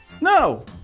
No